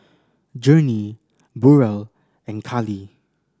Journey Burrel and Kali